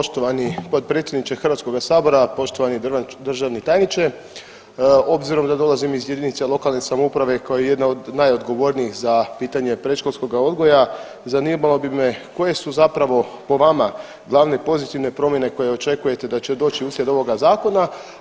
Poštovani potpredsjedniče Hrvatskoga sabora, poštovani državni tajniče obzirom da dolazim iz jedinice lokalne samouprave koja je jedna od najodgovornijih za pitanje predškolskoga odgoja zanimalo bi me koje su zapravo po vama glavne pozitivne promjene koje očekujete da će doći uslijed ovog zakona.